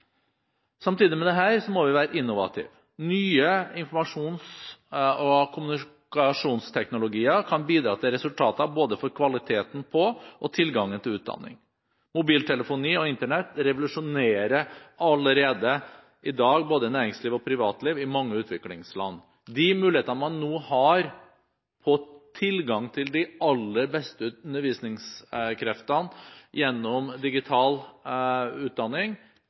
Samtidig må vi være innovative. Ny informasjons- og kommunikasjonsteknologi kan bidra til resultater når det gjelder både kvaliteten på og tilgangen til utdanning. Mobiltelefoni og Internett revolusjonerer allerede i dag både næringsliv og privatliv i mange utviklingsland. Med de muligheter man nå har for tilgang til de aller beste undervisningskreftene gjennom digital utdanning,